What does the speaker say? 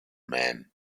man